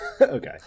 okay